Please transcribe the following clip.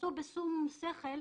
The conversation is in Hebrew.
ונעשו בשום שכל,